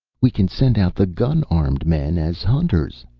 we can send out the gun-armed men as hunters,